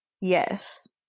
Yes